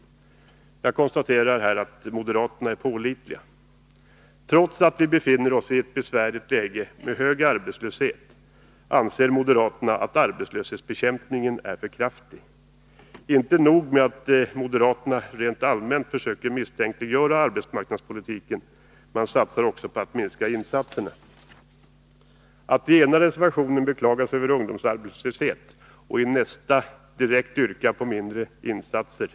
Jag konstaterar att moderaterna är pålitliga. Trots att vi befinner oss i en besvärlig situation med hög arbetslöshet, anser moderaterna att arbetslöshetsbekämpningen är för kraftig. Inte nog med att de rent allmänt försöker misstänkliggöra arbetsmarknadspolitiken — de satsar dessutom på en direkt minskning av insatserna. I den ena reservationen beklagar de sig över ungdomsarbetslösheten, men i den andra yrkar de på en minskning av insatserna.